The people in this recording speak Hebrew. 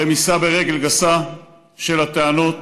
רמיסה ברגל גסה של הטענות.